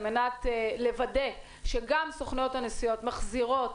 על-מנת לוודא שגם סוכנויות הנסיעות מחזירות